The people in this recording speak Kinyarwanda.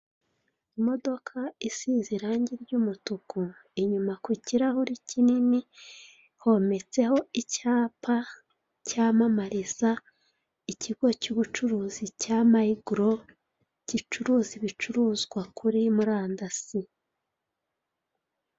Imodoka isize irangi ry'umutuku inyuma kukirahure kinini hometseho icyapa cyamamariza ikigo cy'ubucuruzi cya MIGRO gicuruza ibicuruzwa kuri murandasi.